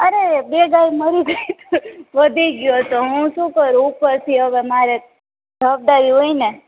અરે બે ગાય મરી ગઈ તો વધી ગ્યોતો હું શું કરું ઉપરથી હવે મારે જ જવાબદારી હોયને